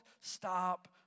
stop